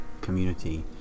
community